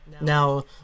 Now